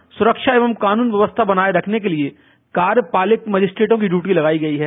भर्ती के दौरान सुरक्षा एवं कानून व्यवस्था बनाए रखने के लिए कार्यपालिक मजिस्ट्रेटों की ड्यूटी लगाई गई है